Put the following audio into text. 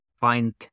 find